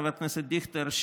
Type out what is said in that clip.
חבר הכנסת דיכטר,